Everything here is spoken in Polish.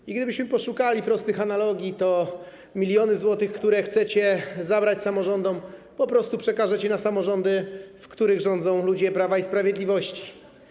I gdybyśmy poszukali prostych analogii, to miliony złotych, które chcecie zabrać samorządom, po prostu przekażecie do samorządów, w których rządzą ludzie Prawa i Sprawiedliwości.